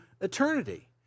eternity